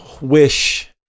wish